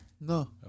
No